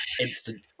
instant